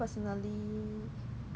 but then 我觉得